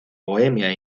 bohemia